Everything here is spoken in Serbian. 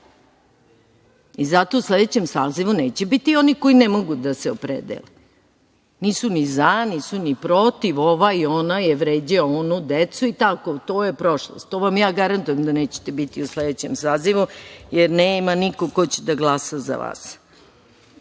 u sledećem sazivu neće biti onih koji ne mogu da se opredele. Nisu ni za, nisu ni protiv, ovaj, onaj je vređao onu decu i tako. To je prošlost. To vam ja garantujem da nećete biti u sledećem sazivu, jer nema nikog ko će da glasa za vas. Da